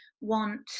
want